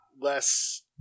less